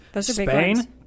spain